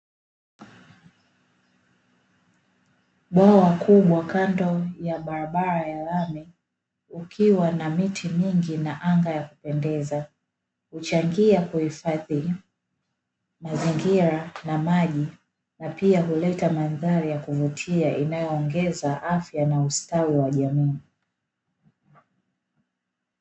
Bwawa kubwa kando ya barabara ya lami ukiwa na miti mingi na anga ya kupendeza. Huchangia kuhifadhi mazingira na maji na pia huleta mandhari ya kuvutia inayoongeza afya na ustawi wa jamii.